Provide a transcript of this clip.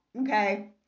okay